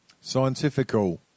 Scientifical